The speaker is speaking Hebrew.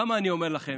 למה אני אומר לכם?